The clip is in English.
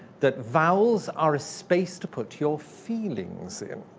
that vowels are a space to put your feelings in.